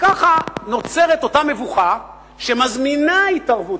וכך נוצרת אותה מבוכה שמזמינה התערבות.